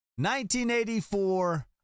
1984